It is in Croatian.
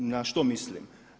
Na što mislim?